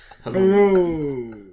Hello